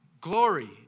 glory